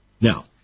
Now